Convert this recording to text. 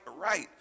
right